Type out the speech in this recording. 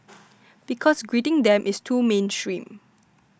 because greeting them is too mainstream